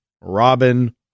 Robin